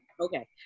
Okay